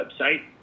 website